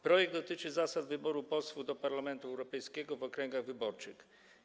Projekt dotyczy zasad wyboru posłów do Parlamentu Europejskiego w okręgach wyborczych.